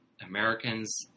Americans